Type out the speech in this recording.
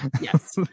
Yes